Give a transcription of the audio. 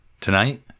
Tonight